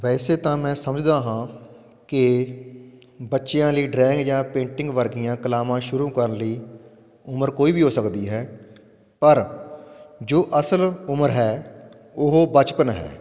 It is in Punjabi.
ਵੈਸੇ ਤਾਂ ਮੈਂ ਸਮਝਦਾ ਹਾਂ ਕਿ ਬੱਚਿਆਂ ਲਈ ਡਰਾਇੰਗ ਜਾਂ ਪੇਂਟਿੰਗ ਵਰਗੀਆਂ ਕਲਾਵਾਂ ਸ਼ੁਰੂ ਕਰਨ ਲਈ ਉਮਰ ਕੋਈ ਵੀ ਹੋ ਸਕਦੀ ਹੈ ਪਰ ਜੋ ਅਸਲ ਉਮਰ ਹੈ ਉਹ ਬਚਪਨ ਹੈ